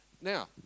Now